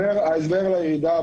ההסבר לירידה,